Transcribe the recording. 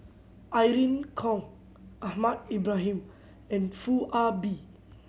Irene Khong Ahmad Ibrahim and Foo Ah Bee